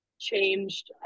changed